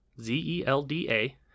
Z-E-L-D-A